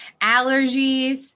allergies